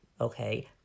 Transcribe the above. okay